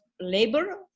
labor